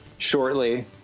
shortly